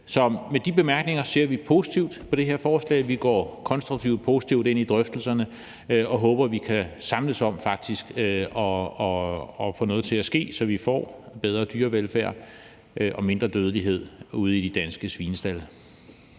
Med de bemærkninger ser vi positivt på det her forslag. Vi går konstruktivt og positivt ind i drøftelserne og håber, at vi kan samles om faktisk at få noget til at ske, så vi får bedre dyrevelfærd og lavere dødelighed ude i de danske svinestalde.